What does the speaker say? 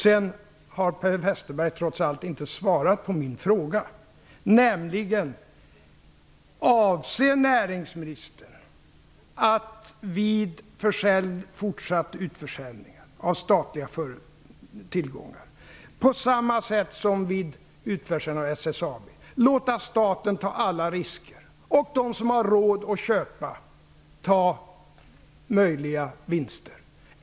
Sedan har Per Westerberg trots allt inte svarat på min fråga, nämligen: Avser näringsministern att vid fortsatt utförsäljning av statliga tillgångar på samma sätt som vid utförsäljningen av SSAB låta staten ta alla risker medan de som har råd att köpa får ta möjliga vinster?